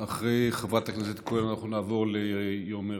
אחרי חברת הכנסת כהן אנחנו נעבור ליום הרצל.